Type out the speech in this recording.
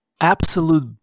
Absolute